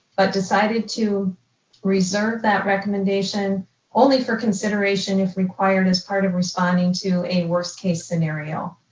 but decided to reserve that recommendation only for consideration if required as part of responding to a worst case scenario.